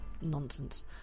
nonsense